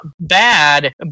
bad